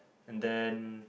and then